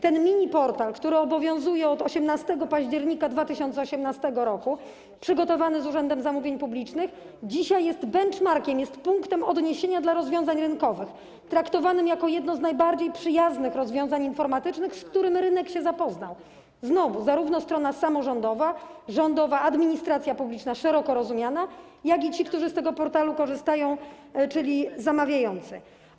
Ten miniportal, który obowiązuje od 18 października 2018 r., przygotowany z Urzędem Zamówień Publicznych, dzisiaj jest benchmarkiem, jest punktem odniesienia dla rozwiązań rynkowych, traktowanym jako jedno z najbardziej przyjaznych rozwiązań informatycznych, z którym rynek się zapoznał - znowu zarówno strona samorządowa, rządowa, administracja publiczna szeroko rozumiana, jak i ci, którzy z tego portalu korzystają, czyli zamawiający.